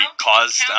caused